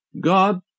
God